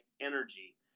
energy